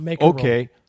Okay